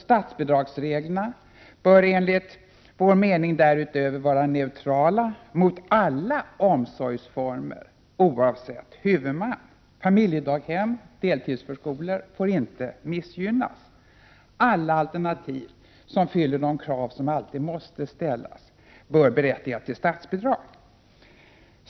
Statsbidragsreglerna bör, enligt vår mening, därutöver vara neutrala mot alla omsorgsformer oavsett huvudman. Familjedaghem och deltidsförskolor får inte missgynnas. Alla alternativ som fyller de krav som alltid måste ställas bör berättiga till statsbidrag.